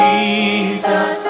Jesus